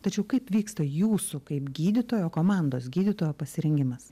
tačiau kaip vyksta jūsų kaip gydytojo komandos gydytojo pasirengimas